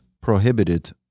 prohibited